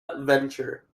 venture